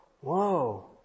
Whoa